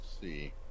see